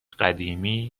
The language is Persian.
قدیمی